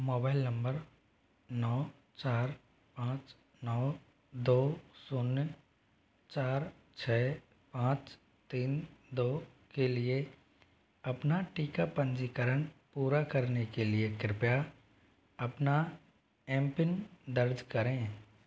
mobile number नौ चार पाँच नौ दो शून्य चार छः पाँच तीन दो के लिए अपना टीका पंजीकरण पूरा करने के लिए कृपया अपना एम पिन दर्ज करें